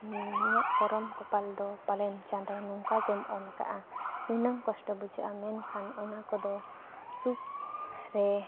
ᱤᱧᱟᱹᱜ ᱠᱚᱨᱚᱢ ᱠᱚᱯᱟᱞ ᱫᱚ ᱯᱟᱞᱮᱱ ᱪᱟᱸᱫᱳ ᱱᱚᱝᱠᱟᱜᱮᱢ ᱚᱞ ᱟᱠᱟᱫᱼᱟ ᱱᱩᱱᱟᱹᱜ ᱠᱚᱥᱴᱚ ᱵᱩᱡᱷᱟᱹᱜᱼᱟ ᱢᱮᱱᱠᱷᱟᱱ ᱚᱱᱟ ᱠᱚᱫᱚ ᱥᱩᱠ ᱨᱮ